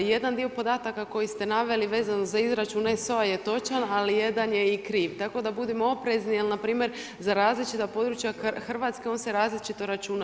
I jedan dio podataka koji ste naveli vezano za izračun SO-a je točan, ali jedan je i kriv, tako da budimo oprezni jer na primjer za različita područja Hrvatske on se različito računa.